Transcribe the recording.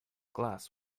glass